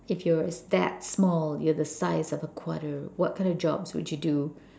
if you are that small you are a size of a quarter what kind of jobs would you do